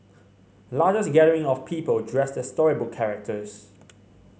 largest gathering of people dressed as storybook characters